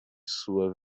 sua